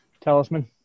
Talisman